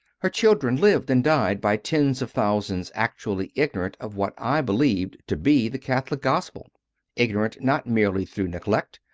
her children lived and died by tens of thousands actually ignorant of what i believed to be the catholic gospel ignorant not merely through neglect,